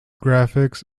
graphics